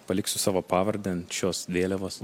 paliksiu savo pavardę ant šios vėliavos